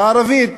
בערבית,